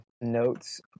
notes